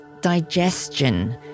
digestion